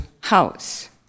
house